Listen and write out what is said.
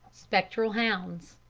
spectral hounds